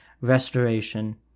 restoration